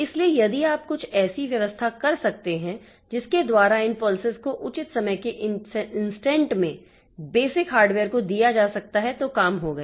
इसलिए यदि आप कुछ ऐसी व्यवस्था कर सकते हैं जिसके द्वारा इन पल्सेस को उचित समय के इंस्टेंट में बेसिक हार्डवेयर को दिया जा सकता है तो काम हो गया